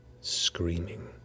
screaming